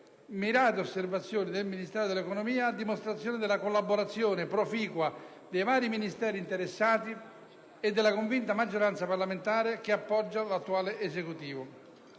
mirate osservazioni del Ministero dell'economia e delle finanze, a dimostrazione della collaborazione proficua dei vari Ministeri interessati e della convinta maggioranza parlamentare che appoggia l'attuale Esecutivo.